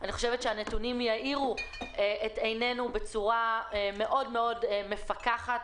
אני חושבת שהנתונים יאירו את עינינו בצורה מאוד מאוד מפוקחת